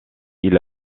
ils